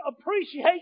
appreciation